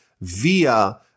via